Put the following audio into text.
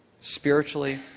Spiritually